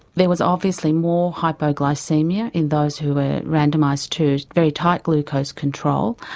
there was obviously more hypoglycaemia in those who were randomised to a very tight glucose control.